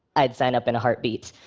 i'd sign up in a heartbeat.